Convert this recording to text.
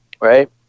right